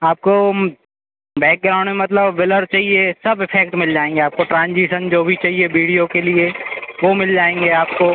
आपको बैकग्राउन्ड में मतलब वेलर चहिए सब इफेक्ट मिल जाएँगे आपको ट्रांजीसन जो भी चहिए बीडियों के लिए वह मिल जाएँगे आपको